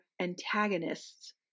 antagonists